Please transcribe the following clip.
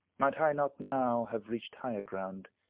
might i not now have reached higher ground,